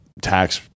tax